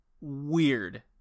weird